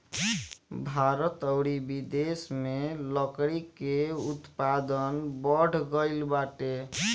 भारत अउरी बिदेस में लकड़ी के उत्पादन बढ़ गइल बाटे